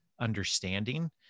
understanding